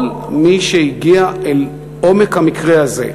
כל מי שהגיע אל עומק המקרה הזה,